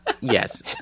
yes